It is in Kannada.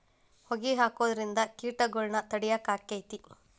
ಹೊಗಿ ಹಾಕುದ್ರಿಂದ ಕೇಟಗೊಳ್ನ ತಡಿಯಾಕ ಆಕ್ಕೆತಿ?